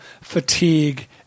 fatigue